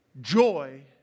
joy